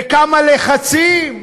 וכמה לחצים,